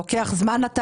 התהליך הזה לוקח זמן.